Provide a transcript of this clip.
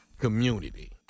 community